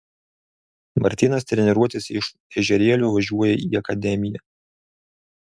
martynas treniruotis iš ežerėlio važiuoja į akademiją